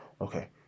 Okay